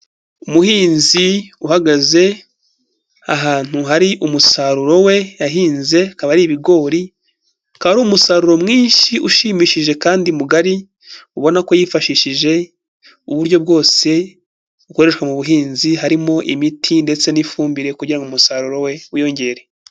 Umuhinzi uhagaze ahantu hari umusaruro we yahinze akaba ari ibigori, akaba ari umusaruro mwinshi ushimishije kandi mugari, ubona ko yifashishije uburyo bwose bukoreshwa mu buhinzi harimo imiti ndetse n'ifumbire kugira umusaruro we wiyongere.